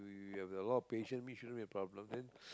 you have a lot of patient mean shouldn't be a problem then